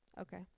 Okay